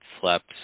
slept